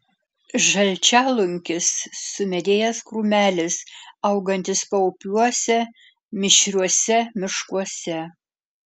žalčialunkis sumedėjęs krūmelis augantis paupiuose mišriuose miškuose